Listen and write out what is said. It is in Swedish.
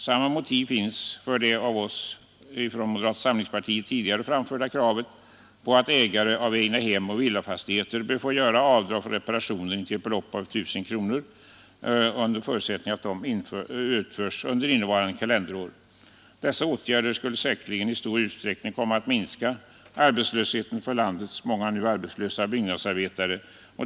Samma motiv finns för det av moderata samlingspartiet tidigare framförda kravet att ägare av egnahem och villafastigheter bör få göra avdrag intill ett belopp av 1000 kronor för reparationer som utförs under innevarande kalenderår. Dessa åtgärder skulle säkerligen i stor utsträckning komma att öka sysselsättningen bland landets många nu arbetslösa byggnadsarbetare.